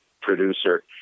producer